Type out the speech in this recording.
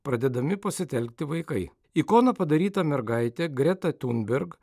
pradedami pasitelkti vaikai ikona padaryta mergaitė greta tunberg